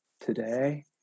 today